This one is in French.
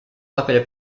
rappelle